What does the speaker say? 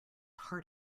heart